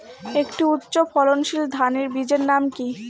একটি উচ্চ ফলনশীল ধানের বীজের নাম কী?